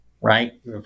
right